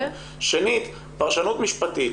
ב', פרשנות משפטית